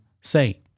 say